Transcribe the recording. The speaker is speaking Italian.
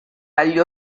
agli